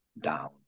down